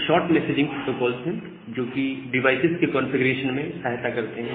यह short messaging protocol है जो कि डिवाइसेज के कंफीग्रेशन में सहायता करता है